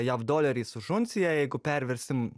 jav doleriais už unciją jeigu perversim